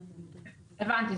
הבנתי.